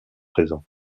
présents